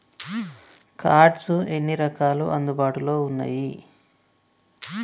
Cards ఎన్ని రకాలు అందుబాటులో ఉన్నయి?